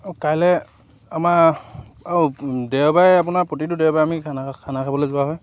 কাইলৈ আমাৰ আৰু দেওবাৰে আপোনাৰ প্ৰতিটো দেওবাৰে আমি খানা খানা খাবলৈ যোৱা হয়